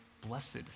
blessed